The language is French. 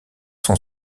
son